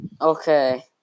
Okay